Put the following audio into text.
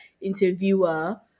interviewer